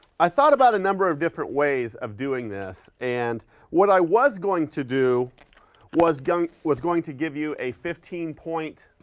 i thought about a number of different ways of doing this and what i was going to do was going was going to give you a fifteen point